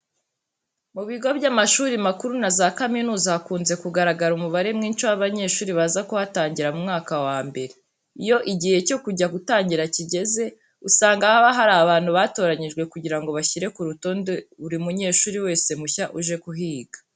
Mu bigo by'amashuri makuru na za kaminuza hakunze kugaragara umubare mwinshi w'abanyeshuri baza kuhatangira mu mwaka wa mbere. Iyo igihe cyo kujya gutangira kigeze, usanga haba hari abantu batoranyijwe kugira ngo bashyire ku rutonde buri munyeshuri wese mushya uje kuhiga.